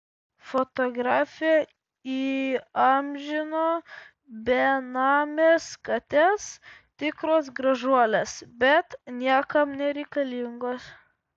fotografė įamžino benames kates tikros gražuolės bet niekam nereikalingos